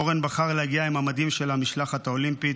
אורן בחר להגיע עם המדים של המשלחת האולימפית,